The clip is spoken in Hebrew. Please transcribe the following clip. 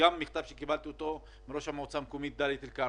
גם בעקבות מכתב שקיבלתי מראש המועצה המקומית דליית אל כרמל.